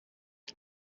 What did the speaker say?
uyu